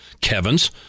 Kevin's